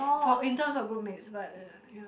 for in terms of group mates but